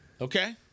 Okay